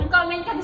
Comment